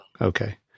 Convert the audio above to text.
okay